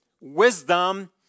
Wisdom